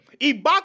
Ibaka